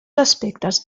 aspectes